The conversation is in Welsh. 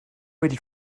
wedi